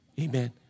Amen